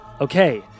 Okay